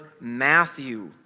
Matthew